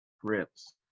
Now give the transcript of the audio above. grips